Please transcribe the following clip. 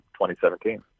2017